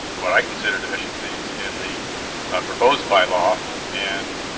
what i consider deficiencies in the proposed bylaw and